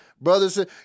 brothers